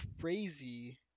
crazy